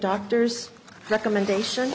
doctor's recommendation